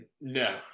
No